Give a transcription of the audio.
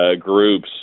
groups